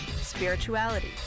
spirituality